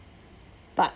but